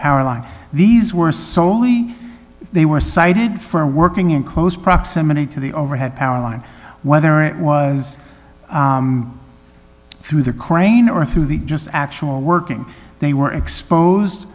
power line these were soley they were cited for working in close proximity to the overhead power line whether it was through the crane or through the just actual working they were exposed